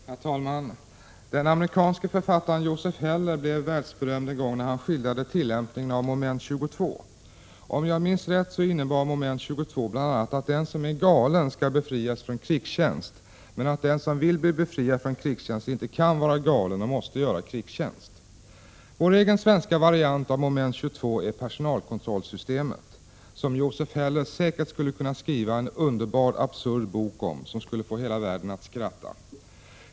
Herr talman! Den amerikanske författaren Joseph Heller blev världsberömd när han en gång skildrade tillämpningen av Moment 22. Om jag minns rätt, innebar Moment 22 bl.a. att den som är galen skall befrias från krigstjänst men att den som vill bli befriad från krigstjänst inte kan vara galen och måste göra krigstjänst. Vår egen svenska variant av Moment 22 är personalkontollsystemet, som Joseph Heller säkert skulle kunna skriva en underbar och absurd bok om, som skulle få hela världen att skratta.